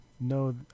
No